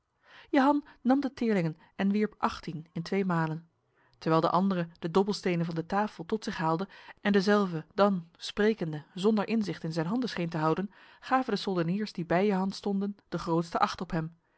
jehan nam de teerlingen en wierp achttien in tweemalen terwijl de andere de dobbelstenen van de tafel tot zich haalde en dezelve dan sprekende zonder inzicht in zijn handen scheen te houden gaven de soldeniers die bij jehan stonden de grootste acht op hem